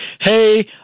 hey